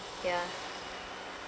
ya